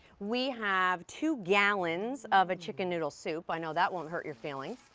we have two gallons of a chicken noodle soup. i know that won't hurt your feelings.